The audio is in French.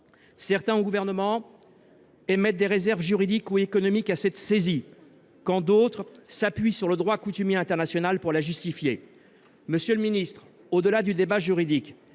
sein du Gouvernement, émettent des réserves juridiques ou économiques sur cette saisie, quand d’autres s’appuient sur le droit coutumier international pour la justifier. Au delà du débat juridique,